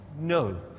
No